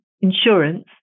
insurance